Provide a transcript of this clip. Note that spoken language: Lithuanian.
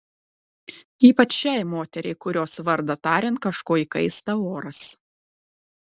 ypač šiai moteriai kurios vardą tariant kažko įkaista oras